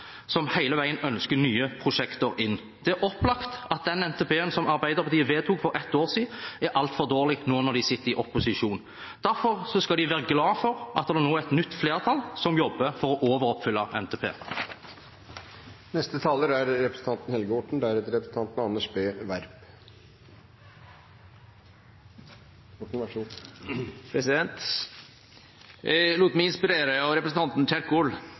som hele veien ønsker nye prosjekter inn. Det er opplagt at den NTP-en som Arbeiderpartiet vedtok for ett år siden, er altfor dårlig nå når de sitter i opposisjon. Derfor skal de være glad for at det er et nytt flertall som jobber for å overoppfylle NTP. Jeg lot meg inspirere av representanten Kjerkol – det skal hun for så vidt være glad for. Etter åtte år med rød-grønt styre oppfatter jeg det sånn at representanten